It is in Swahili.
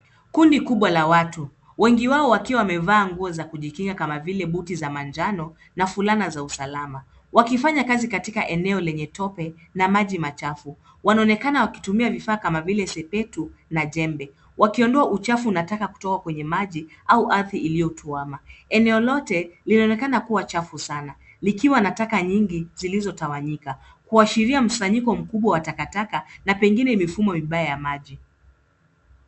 Kundi kubwa la watu. Wengi wao wakiwa wamevaa nguo za kujikinga kama vile buti za manjano na fulana za usalama, wakifanya kazi katika eneo lenye tope na maji machafu. Wanaonekana wakitumia vifaa kama vile sepetu na jembe, wakiondoa uchafu na taka kutoka kwenye maji au ardhi iliyotuama. Eneo lote linaonekana kuwa chafu sana, likiwa na taka nyingi zilizotawanyika, kuashiria msanyiko mkubwa wa takakaka na pengine mifumo mibaya ya maji.